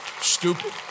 Stupid